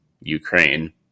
ukraine